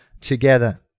together